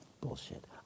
bullshit